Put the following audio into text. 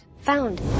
Found